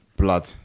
blood